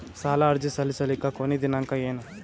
ಸಾಲ ಅರ್ಜಿ ಸಲ್ಲಿಸಲಿಕ ಕೊನಿ ದಿನಾಂಕ ಏನು?